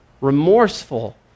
remorseful